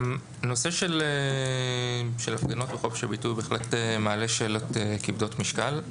הנושא של הפגנות וחופש הביטוי בהחלט מעלה שאלות כבדות משקל.